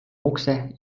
ukse